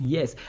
Yes